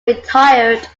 retired